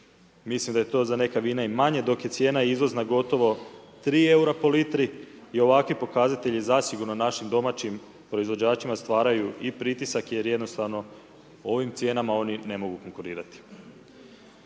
mislim da je to za neka vina i manje, dok je cijena izvozna gotovo 3 eura po litri i ovakvi pokazatelji zasigurno našim domaćim proizvođačima stvaraju i pritisak jer jednostavno ovim cijenama oni ne mogu konkurirati.